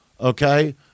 okay